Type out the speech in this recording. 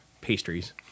pastries